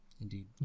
Indeed